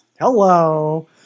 Hello